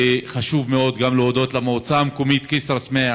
וחשוב מאוד גם להודות למועצה המקומית כסרא-סמיע,